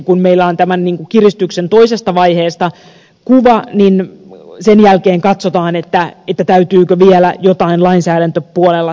kun meillä on tämän kiristyksen toisesta vaiheesta kuva niin sen jälkeen katsotaan täytyykö vielä jotain lainsäädäntöpuolella tehdä